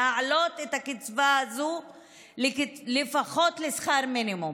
להעלות את הקצבה הזו לפחות לשכר מינימום,